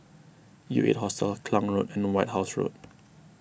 U eight Hostel Klang Road and White House Road